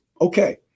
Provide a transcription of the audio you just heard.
Okay